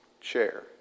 share